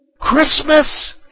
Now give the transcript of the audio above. Christmas